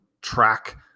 track